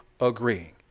agreeing